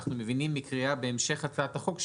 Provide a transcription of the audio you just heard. אנחנו מבינים מקריאת המשך הצעת החוק,